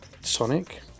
Sonic